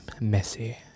messy